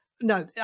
no